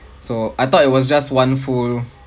so I thought it was just one full